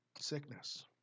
Sickness